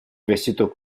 vestito